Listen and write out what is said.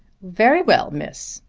very well, miss.